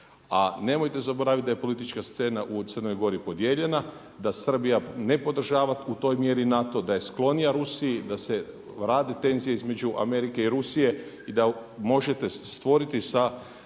A nemojte zaboraviti da je politička scena u Crnoj Gori podijeljena, da Srbija ne podržava u toj mjeri NATO, da je sklonija Rusiji da se rade tenzije između Amerike i Rusije i da možete stvoriti sa